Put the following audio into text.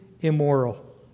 immoral